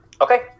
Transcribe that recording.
Okay